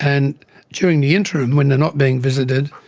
and during the interim when they are not being visited,